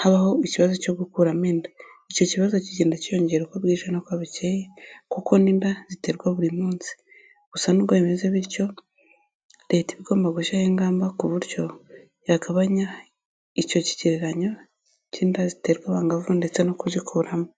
habaho ikibazo cyo gukuramo inda. Icyo kibazo kigenda cyiyongera uko bwije n'uko bukeye kuko n'inda ziterwa buri munsi. Gusa n'ubwo bimeze bityo leta iba igomba gushyiraho ingamba ku buryo yagabanya icyo kigereranyo cy'inda ziterwa abangavu ndetse no kuzikuramo.